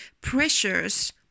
pressures